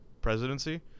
presidency